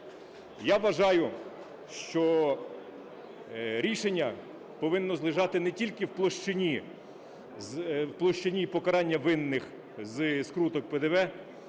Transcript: Я вважаю, що рішення повинно лежати не тільки в площині покарання винних зі скруток ПДВ,